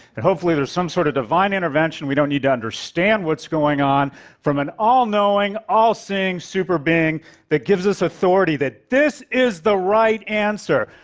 and hopefully there's some sort of divine intervention we don't need to understand what's going on from an all-knowing, all-seeing superbeing that gives us authority that this is the right answer.